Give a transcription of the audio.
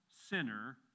sinner